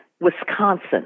Wisconsin